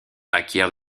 acquiert